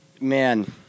Man